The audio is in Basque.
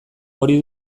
hori